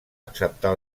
acceptar